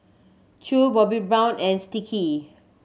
Chew Bobbi Brown and Sticky